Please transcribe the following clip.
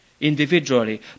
individually